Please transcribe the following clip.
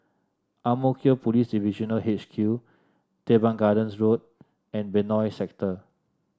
Ang Mo Kio Police Divisional H Q Teban Gardens Road and Benoi Sector